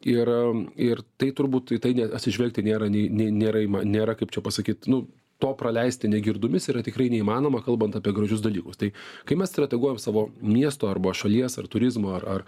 ir ir tai turbūt į tai ne atsižvelgti nėra nei nei nėra ima nėra kaip čia pasakyt nu to praleisti negirdomis yra tikrai neįmanoma kalbant apie gražius dalykus tai kai mes strateguojam savo miesto arba šalies ar turizmo ar ar